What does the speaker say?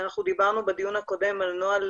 אנחנו דיברנו בדיון הקודם על נוהל